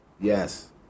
Yes